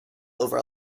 over